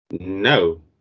No